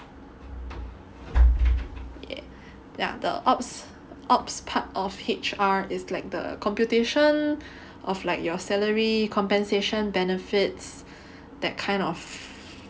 ya the ops ops part of H_R is like the computation of like your salary compensation benefits that kind of